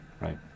right